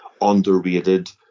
underrated